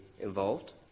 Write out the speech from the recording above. involved